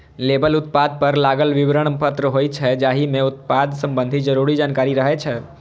label उत्पाद पर लागल विवरण पत्र होइ छै, जाहि मे उत्पाद संबंधी जरूरी जानकारी रहै छै